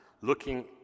looking